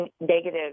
negative